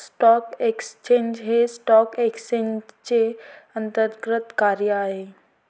stock exchange हे stock एक्सचेंजचे अंतर्गत कार्य आहे